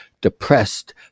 depressed